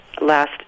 last